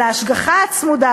על ההשגחה הצמודה?